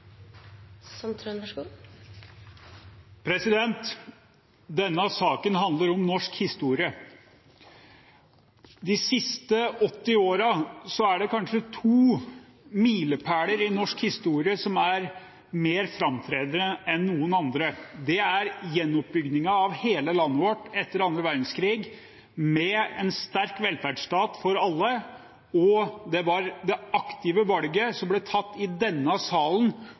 av formalia. Denne saken handler om norsk historie. De siste 80 årene er det kanskje to milepæler i norsk historie som er mer framtredende enn noen andre. Det er gjenoppbyggingen av hele landet vårt etter annen verdenskrig med en sterk velferdsstat for alle, og det var det aktive valget som ble tatt i denne salen